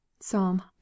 psalm